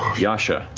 yasha,